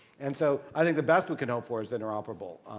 and so i think the best we canope for is interoperable.